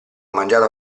mangiato